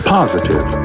Positive